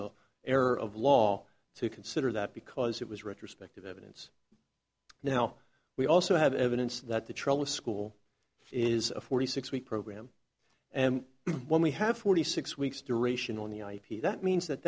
error of law to consider that because it was retrospective evidence now we also have evidence that the trouble school is a forty six week program and when we have forty six weeks duration on the ip that means that